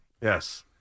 Yes